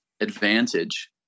advantage